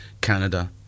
Canada